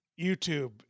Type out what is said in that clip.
YouTube